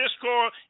discord